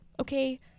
okay